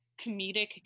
comedic